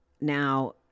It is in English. Now